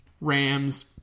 Rams